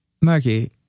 Marky